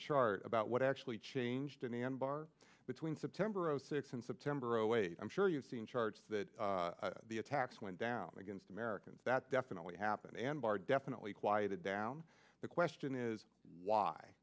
chart about what actually changed in anbar between september zero six and september oh wait i'm sure you've seen charts that the attacks went down against americans that definitely happened and are definitely quieted down the question is why